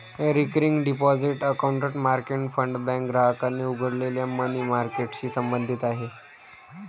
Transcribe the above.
recurring deposit account market fund bank ग्राहकांनी उघडलेल्या money मार्केटशी संबंधित आहे